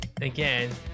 again